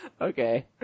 Okay